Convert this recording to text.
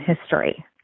history